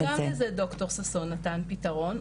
אז גם לזה ד"ר ששון נתן פתרון,